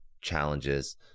challenges